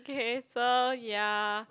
okay so ya